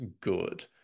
good